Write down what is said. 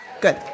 Good